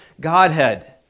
Godhead